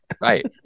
Right